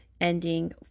ending